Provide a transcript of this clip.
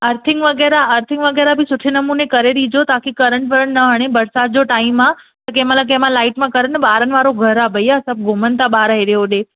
earthing वग़ैरह earthing वग़ैरह बि सुठे नमूने करे ॾिजो ताकी करेंट वरेंट न हणे बरिसाति जो टाइम आहे कंहिंमहिल कंहिंमहिल लाइट मां करेंट ॿारनि वारो घरु आहे भइया सभु घुमनि था ॿार हेॾे होॾे